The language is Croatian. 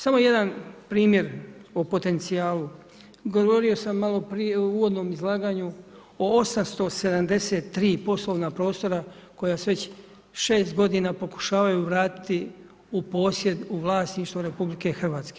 Samo jedan primjer o potencijalu, govorio sam malo prije u uvodnom izlaganju o 873 poslovna prostora koja se već 6 godina pokušavaju vratiti u posjed u vlasništvo RH.